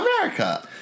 America